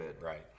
Right